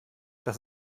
das